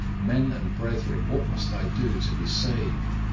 men and brethren, what must i do to be saved?